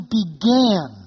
began